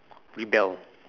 rebel